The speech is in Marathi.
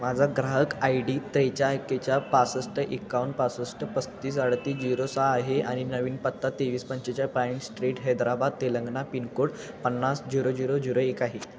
माझा ग्राहक आय डी त्रेचाळीस एकेचाळीस पासष्ट एकावन्न पासष्ट पस्तीस अडतीस जिरो सहा आहे आणि नवीन पत्ता तेवीस पंचेचाळीस pine street Hyderabad Telangana pincode पन्नास झिरो जिरो झिरो एक आहे